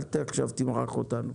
אל תמרח אותנו עכשיו.